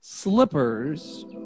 slippers